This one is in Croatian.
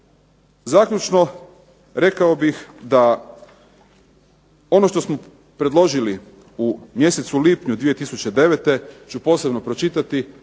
Zaključno, rekao bih da ono što smo predložili u mjesecu lipnju 2009. ću posebno pročitati